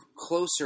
closer